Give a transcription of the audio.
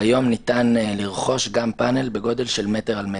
כיום ניתן לרכוש גם פאנל בגודל של מטר על מטר.